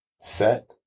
set